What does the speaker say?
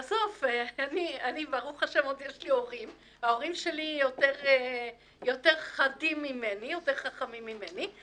לי ברוך השם עוד יש הורים וההורים שלי יותר חדים ממני ויותר חכמים ממני.